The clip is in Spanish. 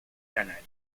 canaria